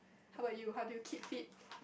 how about you how do you keep fit